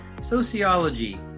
sociology